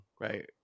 right